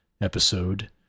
episode